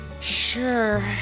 Sure